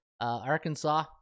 Arkansas